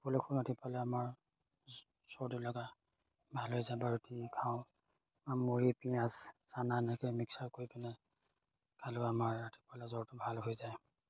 সকলোৱে শুই ৰাতিপুৱালৈ আমাৰ চৰ্দিলগা ভাল হৈ যাব ৰুটি খাওঁ মুড়ি পিঁয়াজ চানা এনেকৈ মিক্সাৰ কৰি পিনে খালেও আমাৰ ৰাতিপুৱালৈ জ্বৰটো ভাল হৈ যায়